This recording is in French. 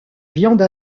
viande